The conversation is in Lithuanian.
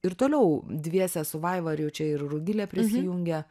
ir toliau dviese su vaiva ir jau čia ir rugilė prisijungia